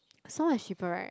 so much cheaper right